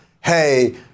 hey